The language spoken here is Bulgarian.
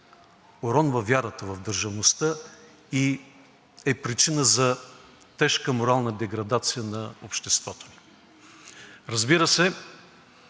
уронва вярата в държавността и е причина за тежката морална деградация на обществото. Разбира се,